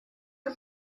you